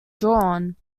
drawn